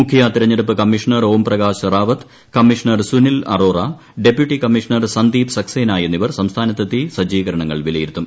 മുഖ്യ തെരഞ്ഞെടുപ്പ് commissioner Om Prakash Rawat commissioner Sunil Arora deputy commissioner Sandeep Saxena എന്നിവർ സംസ്ഥാനത്തെത്തി സജ്ജീകരണങ്ങൾ വിലയിരുത്തും